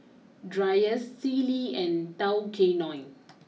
Dreyers Sealy and Tao Kae Noi